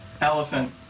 Elephant